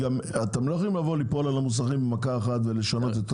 אתם לא יכולים ליפול על המוסכים במכה אחת ולשנות את הכול.